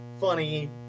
funny